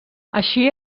així